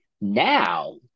now